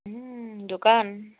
দোকান